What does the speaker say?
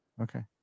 Okay